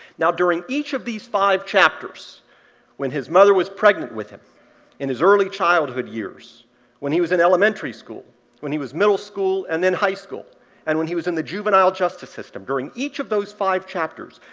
now, during each of these five chapters when his mother was pregnant with him in his early childhood years when he was in elementary school when he was in middle school and then high school and when he was in the juvenile justice system during each of those five chapters,